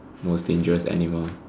most dangerous animal